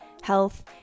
health